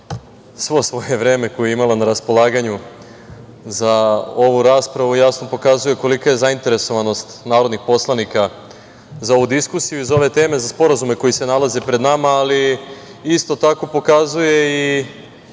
sve svoje vreme koje je imala na raspolaganju za ovu raspravu, jasno pokazuje kolika je zainteresovanost narodnih poslanika za ovu diskusiju i za ove teme, za sporazume koji se nalaze pred nama, ali isto tako pokazuje i